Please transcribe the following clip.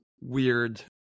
weird